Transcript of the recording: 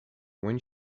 when